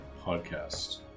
podcast